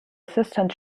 assistant